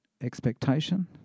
expectation